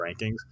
rankings